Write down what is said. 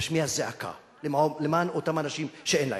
להשמיע זעקה למען אותם אנשים שאין להם.